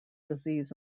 disease